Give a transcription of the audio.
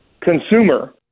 consumer –